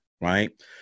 Right